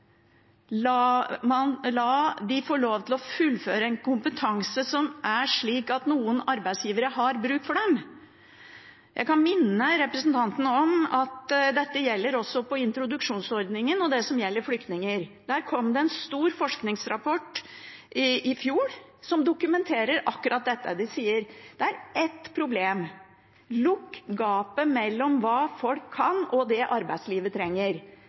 la dem få lov til å fullføre en kompetanse som er slik at noen arbeidsgivere har bruk for dem? Jeg kan minne representanten om at dette også gjelder introduksjonsordningen og flyktninger. Det kom en stor forskningsrapport i fjor som dokumenterer akkurat dette. De sier: Det er ett problem. Lukk gapet mellom hva folk kan, og det arbeidslivet trenger!